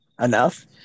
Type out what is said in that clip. enough